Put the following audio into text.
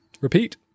repeat